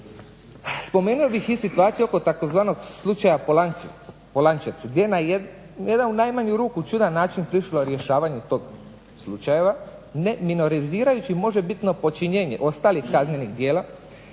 Spomenuo bih i situaciju oko tzv. slučaja POlančec gdje na jedan u najmanju čudan način prišlo rješavanju tog slučaja ne minorizirajući možebitno počinjenje ostalih kaznenih djela,